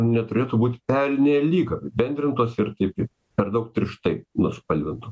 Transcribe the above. neturėtų būt pernelyg apibendrintos ir kaip per daug tirštai nuspalvintų